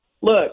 look